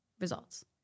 results